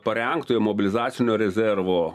parengtojo mobilizacinio rezervo